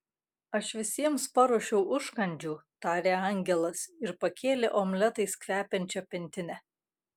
aš visiems paruošiau užkandžių tarė angelas ir pakėlė omletais kvepiančią pintinę